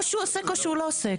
או שהוא עוסק או שהוא לא עוסק,